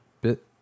bit